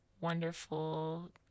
wonderful